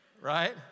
Right